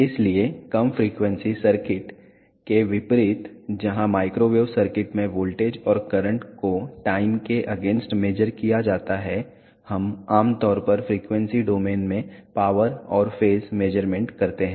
इसलिए कम frequency circuit के विपरीत जहां माइक्रोवेव सर्किट में वोल्टेज और करंट को टाइम के अगेंस्ट मेज़र किया जाता है हम आमतौर पर फ्रीक्वेंसी डोमेन में पावर और फेज मेज़रमेंट करते हैं